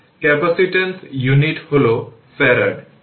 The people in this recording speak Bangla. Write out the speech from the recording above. q t এবং i t প্লট করতে হবে